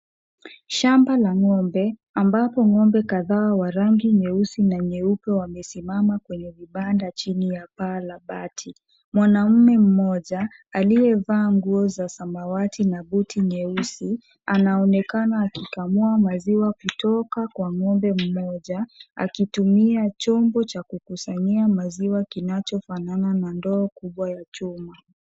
Shamba la ng'ombe ambapo ng'ombe kadhaa wa rangi nyeusi na nyeupe, wamesimama kwenye vibanda chini ya paa la bati. Mwanaume mmoja aliyevaa nguo za samawati na buti nyeusi, anaonekana akikamua maziwa kutoka kwa ng'ombe mmoja, akitumia chombo cha kukusanyia maziwa kinachofanana na ndoo kubwa ya chuma.